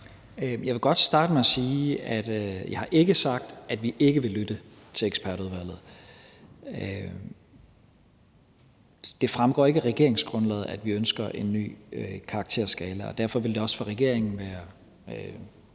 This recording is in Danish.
Jeg vil godt starte med at sige, at jeg ikke har sagt, at vi ikke vil lytte til ekspertudvalget. Det fremgår ikke af regeringsgrundlaget, at vi ønsker en ny karakterskala, og derfor vil det også for regeringen være